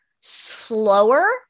slower